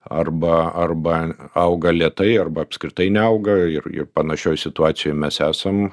arba arba auga lėtai arba apskritai neauga ir ir panašioj situacijoj mes esam